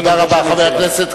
תודה רבה, חבר הכנסת.